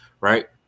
right